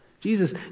Jesus